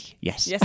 yes